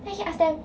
then keep ask them